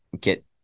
get